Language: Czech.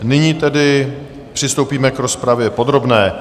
Nyní tedy přistoupíme k rozpravě podrobné.